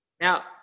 Now